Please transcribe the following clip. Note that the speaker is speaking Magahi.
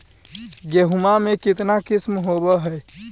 गेहूमा के कितना किसम होबै है?